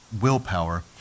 willpower